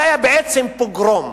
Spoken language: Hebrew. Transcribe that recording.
זה היה בעצם פוגרום,